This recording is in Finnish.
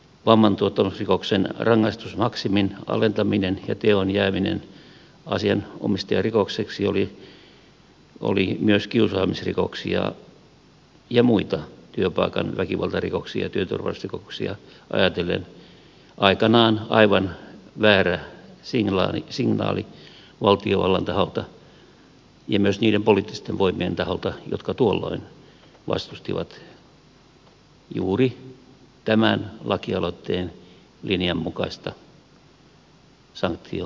vammantuottamusrikoksen rangaistusmaksimin alentaminen ja teon jääminen asianomistajarikokseksi oli myös kiusaamisrikoksia ja muita työpaikan väkivaltarikoksia ja työturvallisuusrikoksia ajatellen aikanaan aivan väärä signaali valtiovallan taholta ja myös niiden poliittisten voimien taholta jotka tuolloin vastustivat juuri tämän lakialoitteen linjan mukaista sanktiolinjaa